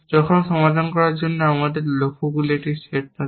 যখন সমাধান করার জন্য আমাদের লক্ষ্যগুলির একটি সেট থাকে